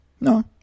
No